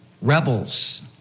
Rebels